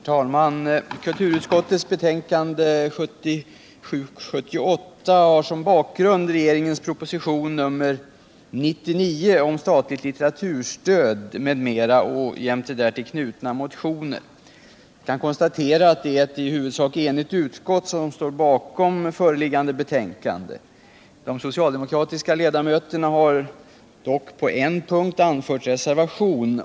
Herr talman! Kulturutskottets betänkande nr 22 har som bakgrund regeringens proposition nr 99 om statligt kulturstöd m.m. jämte därtill knutna motioner. Jag kan konstatera att det är ett i huvudsak enigt utskott som står bakom föreliggande betänkande. De socialdemokratiska ledamöterna har dock på en punkt anfört reservation.